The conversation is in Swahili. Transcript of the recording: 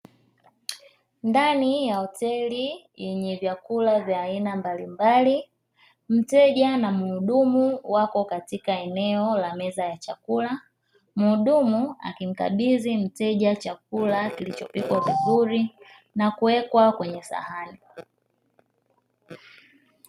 Ndani ya hotel yenye vyakula vya aina mbalimbali, mteja na mhudumu wako katika eneo la meza ya chakula, mhudumu akimkabidhi mteja chakula kilichopikwa vizuri na kuwekwa kwenye sahani.